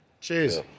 Cheers